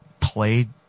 played